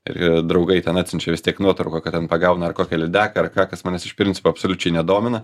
ir draugai ten atsiunčia vis tiek nuotrauką kad ten pagauna ar kokią lydeką ar ką kas manęs iš principo absoliučiai nedomina